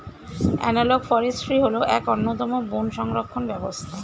analogue forestry হল এক অন্যতম বন সংরক্ষণ ব্যবস্থা